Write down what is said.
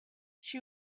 she